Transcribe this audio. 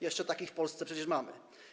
Jeszcze takich w Polsce przecież mamy.